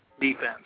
defense